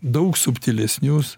daug subtilesnius